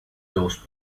those